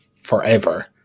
forever